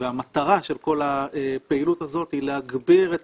והמטרה של כל הפעילות הזו היא להגביר את